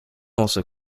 also